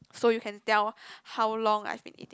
so you can tell how long I've been eating it